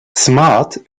smart